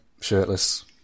shirtless